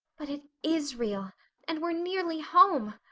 but it is real and we're nearly home.